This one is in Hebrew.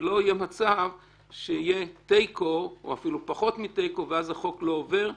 שלא יהיה מצב שיהיה תיקו או פחות מתיקו ואז החוק לא עובר.